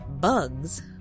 bugs